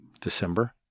December